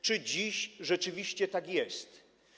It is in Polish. Czy dziś rzeczywiście tak jest?